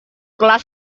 kelas